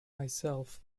myself